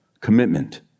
Commitment